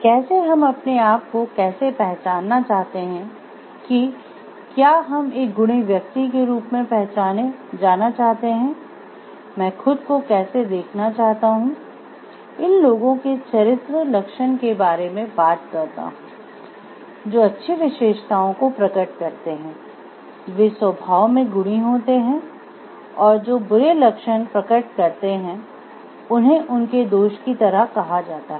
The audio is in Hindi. कैसे हम अपने आप को कैसे पहचानना चाहते हैं कि क्या हम एक गुणी व्यक्ति के रूप में पहचाने जाना चाहते हैं मैं खुद को कैसे देखना चाहता हूँ इन लोगों के चरित्र लक्षण के बारे में बात करता हूं जो अच्छी विशेषताओं को प्रकट करते हैं वे स्वभाव में गुणी होते हैं और जो बुरे लक्षण प्रकट करते हैं उन्हें उनके दोष की तरह कहा जाता है